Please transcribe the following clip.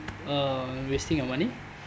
uh wasting your money